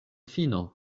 fino